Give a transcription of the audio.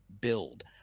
build